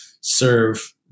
serve